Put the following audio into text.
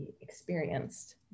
experienced